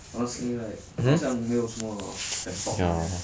I want say like 好像没有什么 can talk [one] leh